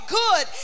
good